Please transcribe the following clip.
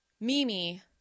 Mimi